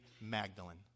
Magdalene